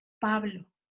Pablo